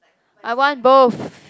I want both